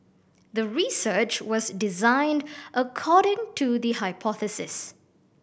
the research was designed according to the hypothesis